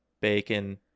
bacon